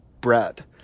bread